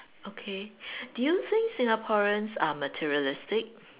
okay do you think Singaporeans are materialistic